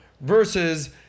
Versus